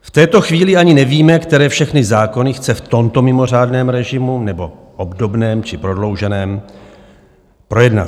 V této chvíli ani nevíme, které všechny zákony chce v tomto mimořádném režimu, nebo obdobném či prodlouženém, projednat.